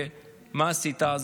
ומה עשית אז?